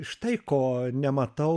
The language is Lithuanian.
štai ko nematau